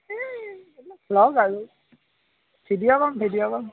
এই এইবিলাক ব্লগ আৰু ভিডিঅ' কৰ ভিডিঅ' কৰ